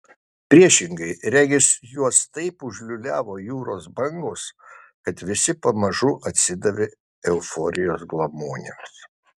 priešingai regis juos taip užliūliavo jūros bangos kad visi pamažu atsidavė euforijos glamonėms